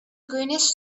greenish